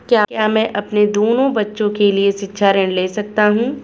क्या मैं अपने दोनों बच्चों के लिए शिक्षा ऋण ले सकता हूँ?